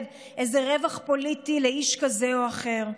איזה רווח פוליטי לאיש כזה או אחר.